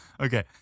Okay